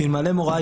שאלמלא מוראה,